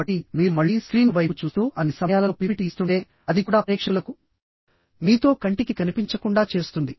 కాబట్టి మీరు మళ్లీ స్క్రీన్ వైపు చూస్తూ అన్ని సమయాలలో పిపిటి ఇస్తుంటే అది కూడా ప్రేక్షకులకు మీతో కంటికి కనిపించకుండా చేస్తుంది